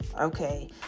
Okay